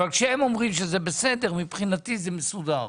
אבל כשהם אומרים שזה בסדר מבחינתי זה מסודר.